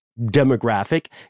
demographic